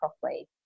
properly